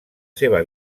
seva